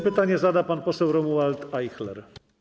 Pytanie zada pan poseł Romuald Ajchler.